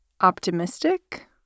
optimistic